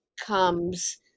comes